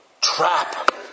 trap